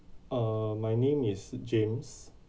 uh my name is james